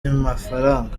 amafaranga